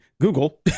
Google